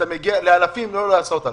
אתה תגיע לאלפים, אם לא לעשרות אלפים.